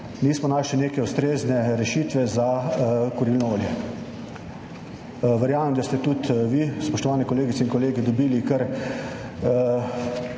nismo našli neke ustrezne rešitve za kurilno olje. Verjamem, da ste tudi vi, spoštovane kolegice in kolegi, dobili